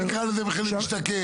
תקרא לזה מחיר למשתכן.